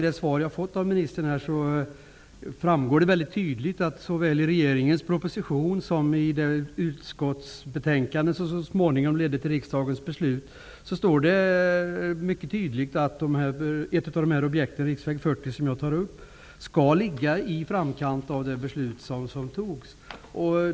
Det framgår av ministerns svar att det såväl i regeringens proposition som i det utskottsbetänkande som ledde till riksdagens beslut mycket tydligt står att ett av de objekt jag tar upp, riksväg 40, skall ligga i framkant.